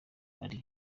ari